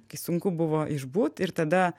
kai sunku buvo išbūt ir tada